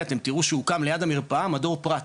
אתם תראו שהוקם ליד המרפאה מדור פרט,